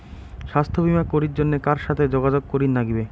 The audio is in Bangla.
স্বাস্থ্য বিমা করির জন্যে কার সাথে যোগাযোগ করির নাগিবে?